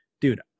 dude